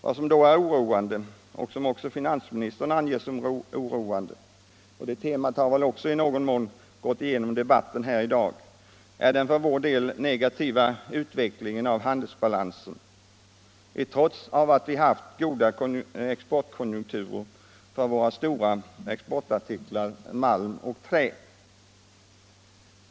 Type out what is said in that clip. Vad som då är oroande och som finansministern också anger som oroande — det temat har i någon mån varit genomgående i debatten här i dag — är den för vår del negativa utvecklingen av handelsbalansen trots att vi har haft goda exportkonjunkturer för våra stora exportartiklar malm och trä.